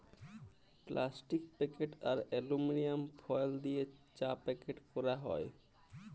plastic packet আর aluminium foil দিয়ে চা প্যাক ক্যরা যায়